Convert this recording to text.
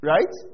Right